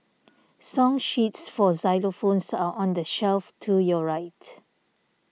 song sheets for xylophones are on the shelf to your right